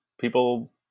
people